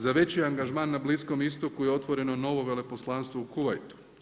Za veći angažman na Bliskom Istoku je otvoren novo veleposlanstvo u Kuvajtu.